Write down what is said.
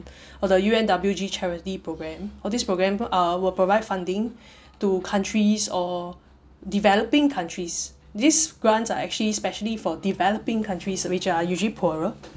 or the U_N_W_G charity programme all these program uh will provide funding to countries or developing countries these grants are actually specially for developing countries which are usually poorer